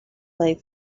they